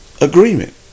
agreement